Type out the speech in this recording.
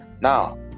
Now